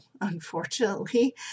unfortunately